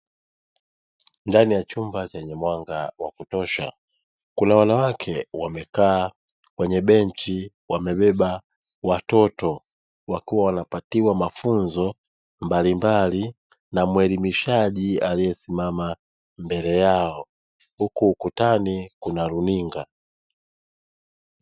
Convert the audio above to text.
Ndani ya chumba chenye mwanga wa kutosha kuna wanawake wamekaa kwenye benchi wamebeba watoto wakiwa wanapatiwa mafunzo mbalimbali na mwelimishaji aliyesimama mbele yao, huku ukutani kukiwa na runinga.